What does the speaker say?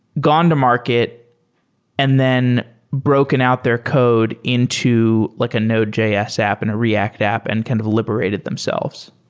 gone to market and then broken out their code into like a node js app and a react app and kind of liberated themselves?